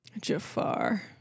Jafar